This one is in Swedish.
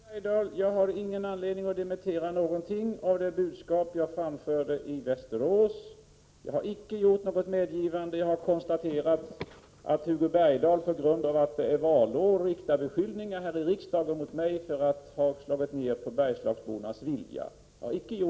Herr talman! Nej, Hugo Bergdahl, jag har ingen anledning att dementera någonting av det budskap jag framförde i Västerås. Jag har icke gjort något medgivande, och jag konstaterar att Hugo Bergdahl på grund av att det är valår riktar beskyllningar mot mig här i riksdagen om att ha kritiserat Bergslagsbornas vilja. Jag har inte alls